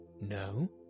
No